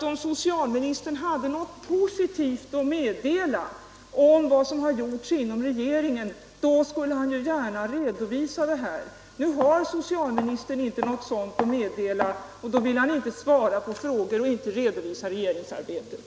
Om socialministern hade något positivt att meddela om vad som har gjorts inom regeringen, skulle han ju gärna redovisa det här. Nu har socialministern inte något sådant att meddela, och då vill han inte svara på frågor och inte redovisa regeringsarbetet.